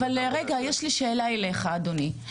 אבל רגע, יש לי שאלה אליך, אדוני.